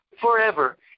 forever